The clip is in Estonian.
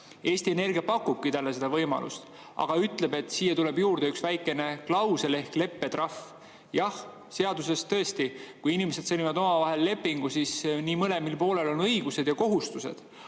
Eesti Energia pakubki talle seda võimalust, aga ütleb, et siia tuleb juurde üks väikene klausel ehk leppetrahv. Jah, seaduses on tõesti nii, et kui inimesed sõlmivad omavahel lepingu, siis mõlemal poolel on õigused ja kohustused.